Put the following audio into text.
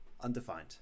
Undefined